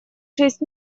шесть